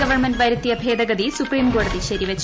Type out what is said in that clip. government വരുത്തിയ ഭേദഗതി സുപ്രീംകോടതി ശരിവച്ചു